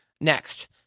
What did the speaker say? next